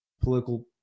political